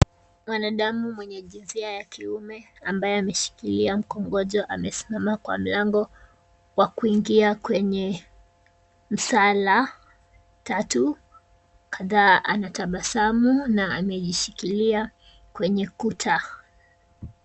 Mwanadamu mwenye jinsi ya kiume ambaye ameshikilia mkongojo, amesimama kwa mlango wa kuingia kwenye msala tatu kadha, anatabasamu na anajishikilia kwenye kuta.